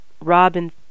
Robin